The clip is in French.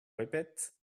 répète